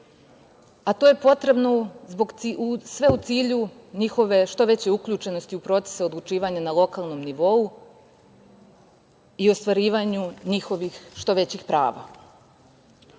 To je potrebno sve u cilju njihove što veće uključenosti u procese odlučivanja na lokalnom nivou i ostvarivanju njihovih što većih